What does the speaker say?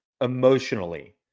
emotionally